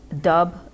dub